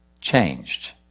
changed